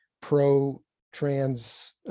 pro-trans